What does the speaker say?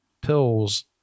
Pills